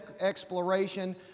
exploration